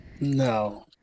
No